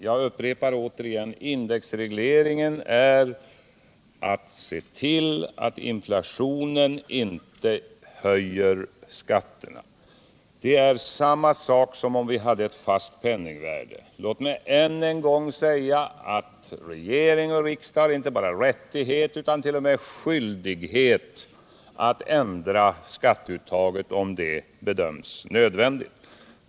Jag upprepar återigen: Avsikten med indexregleringen är att se till att inflationen inte höjer skatterna. Resultatet blir detsamma som om vi hade ett fast penningvärde. Låt mig än en gång säga att regering och riksdag har inte bara rättighet utan också skyldighet att ändra skatteuttaget, om det bedöms som nödvändigt.